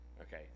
Okay